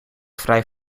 vrij